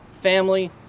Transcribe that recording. family